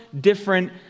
different